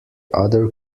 other